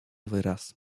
wyraz